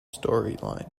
storyline